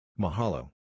Mahalo